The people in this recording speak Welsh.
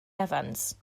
evans